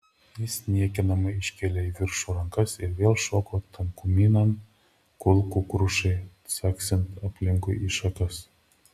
jis niekinamai iškėlė į viršų rankas ir vėl šoko tankumynan kulkų krušai caksint aplinkui į šakas